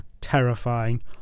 terrifying